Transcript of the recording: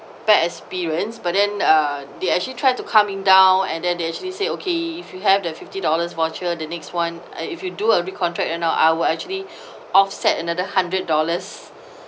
bad experience but then uh they actually try to calm me down and then they actually say okay if you have the fifty dollars voucher the next one uh if you do a re-contract your now I will actually offset another hundred dollars